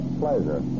pleasure